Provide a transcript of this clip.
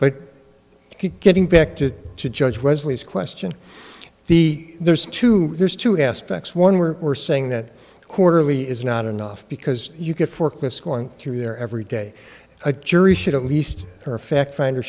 but getting back to the judge resumes question the there's two there's two aspects one where we're saying that the quarterly is not enough because you can forklifts going through there every day a jury should at least for a fact finder